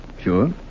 Sure